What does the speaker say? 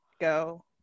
go